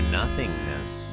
nothingness